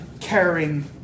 caring